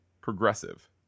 progressive